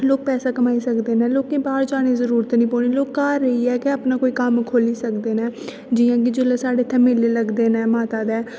लोक पैसा कमाई सकदे लोके बाहर जाने दी जरुरत नेईं पोनी लोक घार रेहियै गै अपना कोई कम्म खोली सकदे ना जियां कि जेले साढ़े इत्थै मेले लगदे न माता दे